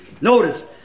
Notice